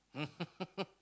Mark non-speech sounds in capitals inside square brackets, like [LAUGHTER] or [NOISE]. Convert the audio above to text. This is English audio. [LAUGHS]